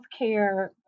healthcare